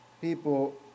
people